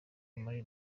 muri